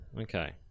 Okay